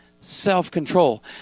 self-control